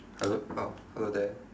hello oh hello there